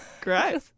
Great